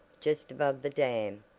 just above the dam,